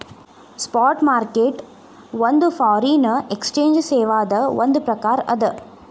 spot market ಒಂದ್ foreign exchange ಸೇವಾದ್ ಒಂದ್ ಪ್ರಕಾರ ಅದ